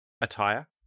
attire